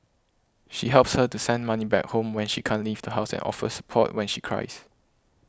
she helps her to send money back home when she can't leave the house and offers support when she cries